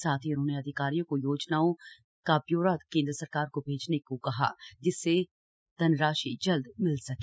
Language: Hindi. साथ ही उन्होंने अधिकारियों को योजनाओं को ब्योरा केंद्र सरकार को भेजने को कहा जिससे जल्द धनराशि जल्द मिल सके